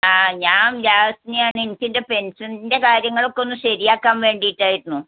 ആ ഞാൻ ജാസ്മിയാണ് എനിക്കെൻ്റെ പെൻഷൻൻ്റെ കാര്യങ്ങളൊക്കെയൊന്ന് ശരിയാക്കാൻ വേണ്ടിയിട്ടായിരുന്നു